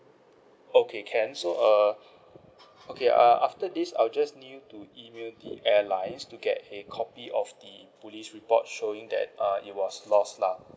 okay can so err okay uh after this I'll just need you to email the airlines to get a copy of the police report showing that uh it was lost lah